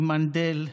עם מנדל,